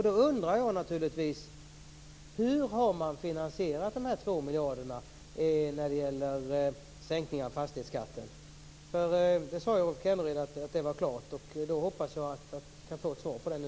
Då undrar jag naturligtvis: Hur har man finansierat de 2 miljarderna när det gäller sänkningen av fastighetsskatten? Rolf Kenneryd sade ju att det var klart. Jag hoppas att vi kan få ett svar på det nu.